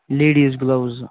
ladies gloves زٕ